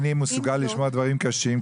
אני מסוגל לשמוע דברים קשים,